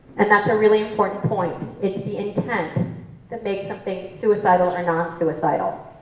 and that's a really important point. it's the intent that makes something suicidal or not suicidal.